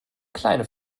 kleine